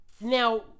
now